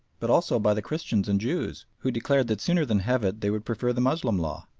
but also by the christians and jews, who declared that sooner than have it they would prefer the moslem law.